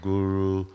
Guru